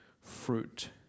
fruit